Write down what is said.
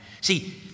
See